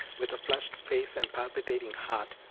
with a flushed face and palpitating heart,